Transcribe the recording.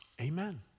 Amen